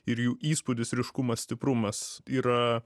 ir jų įspūdis ryškumas stiprumas yra